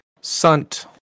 Sunt